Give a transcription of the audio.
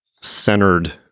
centered